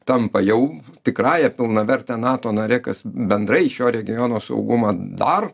tampa jau tikrąja pilnaverte nato nare kas bendrai šio regiono saugumą dar